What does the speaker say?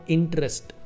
Interest